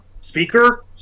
speaker